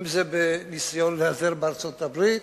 אם זה בניסיון להיעזר בארצות-הברית,